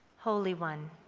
holy one,